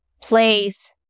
place